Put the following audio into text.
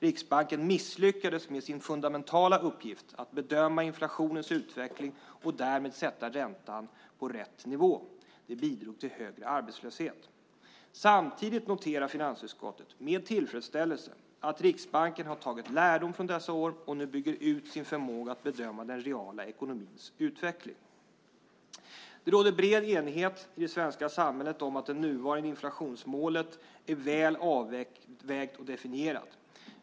Riksbanken misslyckades med sin fundamentala uppgift, att bedöma inflationens utveckling och därmed sätta räntan på rätt nivå. Det bidrog till högre arbetslöshet. Finansutskottet noterar samtidigt med tillfredsställelse att Riksbanken tagit lärdom av dessa år och nu bygger ut sin förmåga att bedöma den reala ekonomins utveckling. Det råder bred enighet i det svenska samhället om att det nuvarande inflationsmålet är väl avvägt och definierat.